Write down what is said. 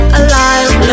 alive